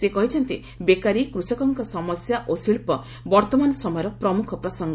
ସେ କହିଛନ୍ତି ବେକାରୀ କୃଷକଙ୍କ ସମସ୍ୟା ଓ ଶିଳ୍ପ ବର୍ତ୍ତମାନ ସମୟର ପ୍ରମୁଖ ପ୍ରସଙ୍ଗ